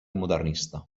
modernista